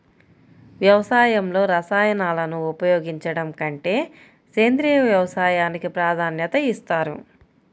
వ్యవసాయంలో రసాయనాలను ఉపయోగించడం కంటే సేంద్రియ వ్యవసాయానికి ప్రాధాన్యత ఇస్తారు